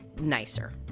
nicer